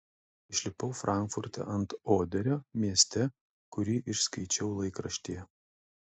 išlipau frankfurte ant oderio mieste kurį išskaičiau laikraštyje